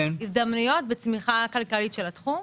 הזדמנויות וצמיחה כלכלית של התחום.